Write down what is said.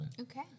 Okay